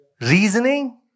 Reasoning